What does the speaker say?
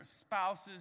spouses